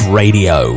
radio